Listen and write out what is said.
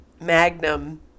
Magnum